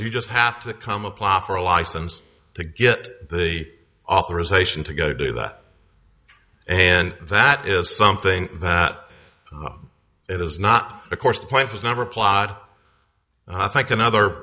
you just have to come apply for a license to get the authorization to go do that and that is something that it is not of course the point was never plot i think another